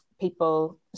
people